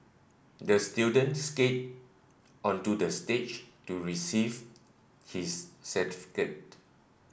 the student skated onto the stage to receive his certificate